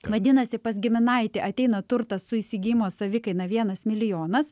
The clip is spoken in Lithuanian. vadinasi pas giminaitį ateina turtas su įsigijimo savikaina vienas milijonas